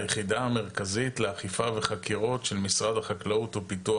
היחידה המרכזית לאכיפה וחקירות של משרד החקלאות ופיתוח